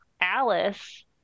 Alice